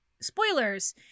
spoilers